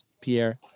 Pierre